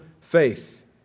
faith